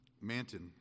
Manton